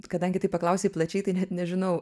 kadangi taip paklausei plačiai tai net nežinau